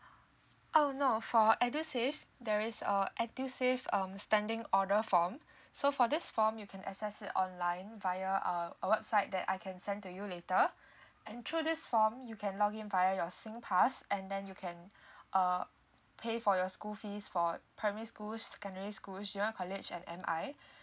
oh no for edusave there is uh edusave um standing order form so for this form you can access it online via uh a website that I can send to you later and through this form you can log in via your singpass and then you can uh pay for your school fees for primary school secondary school junior college and M_I